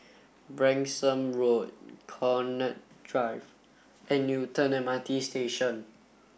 Branksome Road Connaught Drive and Newton M R T Station